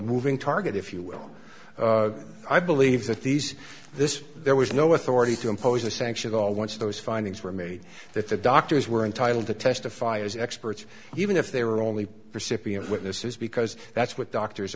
moving target if you will i believe that these this there was no authority to impose a sanction all wants those findings were made that the doctors were entitled to testify as experts even if they were only recipient witnesses because that's what doctors